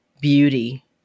beauty